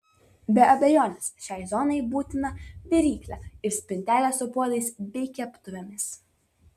be abejonės šiai zonai būtina viryklė ir spintelė su puodais bei keptuvėmis